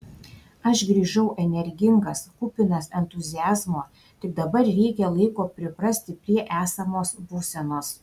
aš grįžau energingas kupinas entuziazmo tik dabar reikia laiko priprasti prie esamos būsenos